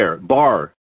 bar